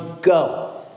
go